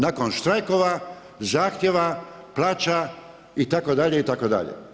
Nakon štrajkova, zahtjeva, plaća itd., itd.